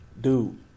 dude